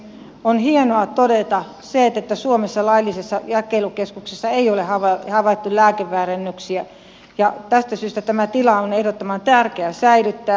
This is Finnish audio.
on hienoa todeta se että suomessa laillisessa jakelukeskuksessa ei ole havaittu lääkeväärennöksiä ja tästä syystä tämä tila on ehdottoman tärkeä säilyttää